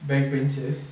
backbenches